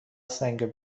سنگ